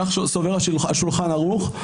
כך סובר השולחן ערוך,